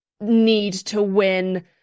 need-to-win